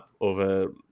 over